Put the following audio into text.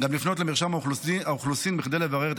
גם לפנות למרשם האוכלוסין כדי לברר את